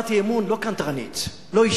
אדוני השר, זו הצעת אי-אמון לא קנטרנית, לא אישית,